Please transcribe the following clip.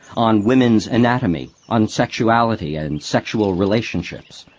on women's anatomy, on sexuality and sexual relationships,